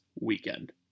weekend